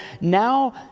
Now